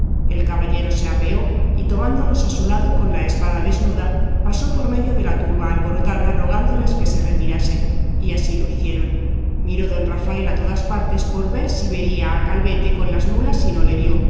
el caballero se apeó y tomándolos a su lado con la espada desnuda pasó por medio de la turba alborotada rogándoles que se retirasen y así lo hicieron miró don rafael a todas partes por ver si vería a calvete con las mulas y no le vio